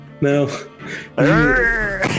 No